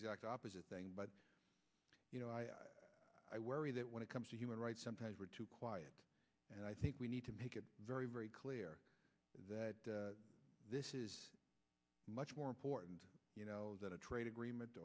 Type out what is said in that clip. exact opposite thing but you know i worry that when it comes to human rights sometimes we're too quiet and i think we need to make it very very clear that this is much more important that a trade agreement